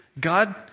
God